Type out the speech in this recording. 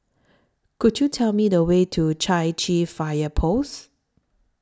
Could YOU Tell Me The Way to Chai Chee Fire Post